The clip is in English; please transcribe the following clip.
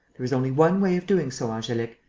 there is only one way of doing so, angelique,